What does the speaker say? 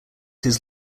his